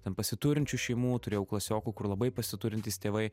ten pasiturinčių šeimų turėjau klasiokų kur labai pasiturintys tėvai